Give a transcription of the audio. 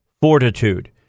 Fortitude